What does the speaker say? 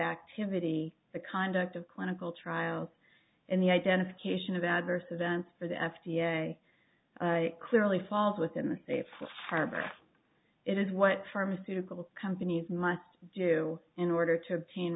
activity the conduct of clinical trials and the identification of adverse events for the f d a clearly falls within the safe harbor it is what pharmaceutical companies must do in order to obtain